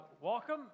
Welcome